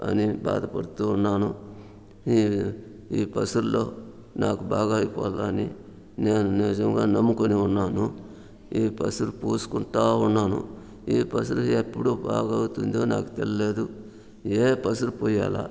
అని బాధపడుతూ ఉన్నాను ఈ ఈ పసర్లో నాకు బాగా అయిపోగానే నేను నిజంగా నమ్ముకొని ఉన్నాను ఈ పసరు పూసుకుంటా ఉండాను ఈ పసరు ఎప్పుడు బాగవుతుందో నాకు తెలియలేదు ఏ పసరు పుయ్యాల